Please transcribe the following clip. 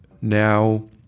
now